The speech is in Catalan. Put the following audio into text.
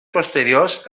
posteriors